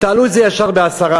תעלו את זה ישר ב-10%.